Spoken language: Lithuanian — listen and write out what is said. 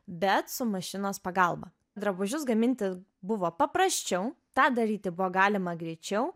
bet su mašinos pagalba drabužius gaminti buvo paprasčiau tą daryti buvo galima greičiau